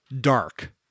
dark